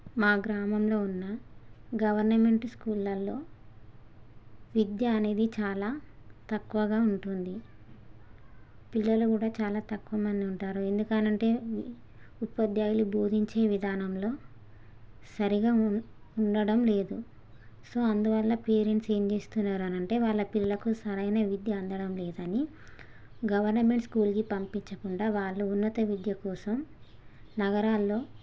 మా గ్రామంలో ఉన్న గవర్నమెంట్ స్కూల్లల్లో విద్యా అనేది చాలా తక్కువగా ఉంటుంది పిల్లలు కూడా చాలా తక్కువ మంది ఉంటారు ఎందుకనంటే ఉపాధ్యాయులు బోధించే విధానంలో సరిగా ఉం ఉండడం లేదు సో అందువల్ల పేరెంట్స్ ఏం చేస్తున్నారని అంటే వాళ్ళ పిల్లలకు సరైన విద్య అందడం లేదని గవర్నమెంట్ స్కూల్కి పంపించకుండా వాళ్ళు ఉన్నత విద్య కోసం నగరాల్లో